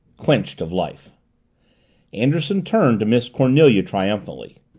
quenched of life anderson turned to miss cornelia triumphantly.